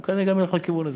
הוא כנראה גם ילך לכיוון הזה.